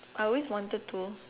I always wanted to